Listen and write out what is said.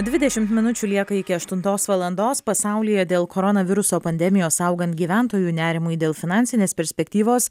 dvidešimt minučių lieka iki aštuntos valandos pasaulyje dėl koronaviruso pandemijos augant gyventojų nerimui dėl finansinės perspektyvos